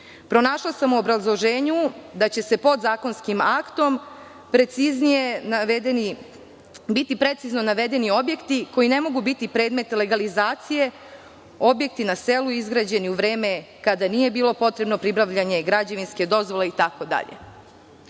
Pronašla sam u obrazloženju da će podzakonskim aktom biti precizno navedeni objekti koji ne mogu biti predmet legalizacije - objekti na selu izgrađeni u vreme kada nije bilo potrebno pribavljanje građevinske dozvole itd.